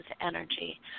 energy